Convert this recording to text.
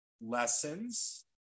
lessons